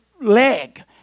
leg